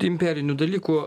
imperinių dalykų